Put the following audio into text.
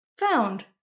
found